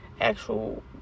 actual